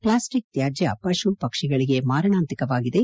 plastic ತ್ಯಾಜ್ಯ ಪಶುಪಕ್ಷಿಗಳಿಗೆ ಮಾರಣಾಂತಿಕವಾಗಿದೆ